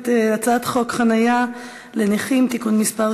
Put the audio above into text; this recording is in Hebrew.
מוזמנת להצעת חוק חניה לנכים (תיקון מס'